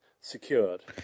secured